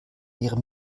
ihre